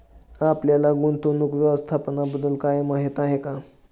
आपल्याला गुंतवणूक व्यवस्थापनाबद्दल काही माहिती आहे का?